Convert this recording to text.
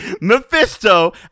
Mephisto